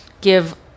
give